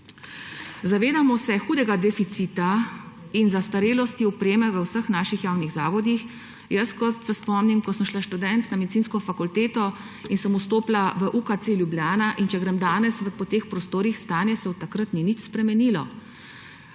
Zavedamo se hudega deficita in zastarelosti opreme v vseh naših javnih zavodih. Ko se spomnim, ko sem šla kot študent na Medicinsko fakulteto in sem vstopila v UKC Ljubljana; in če grem danes po teh prostorih, se stanje od takrat ni nič spremenilo.